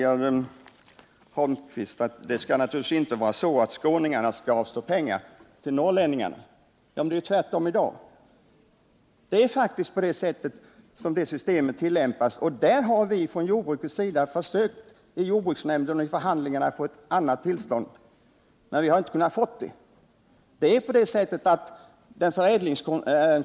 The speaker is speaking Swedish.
Eric Holmqvist säger sedan att det naturligtvis inte skall vara så att skåningarna skall behöva avstå pengar till norrlänningarna. Ja, men det förhåller sig ju faktiskt tvärtom i dag — det är så det nuvarande kompensationssystemet tillämpas. Från jordbrukets sida har vi försökt att i förhandlingarna inför jordbruksnämnden få ett annat sakernas tillstånd, men vi har inte lyckats särskilt bra.